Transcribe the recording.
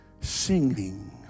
singing